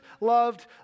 loved